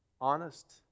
Honest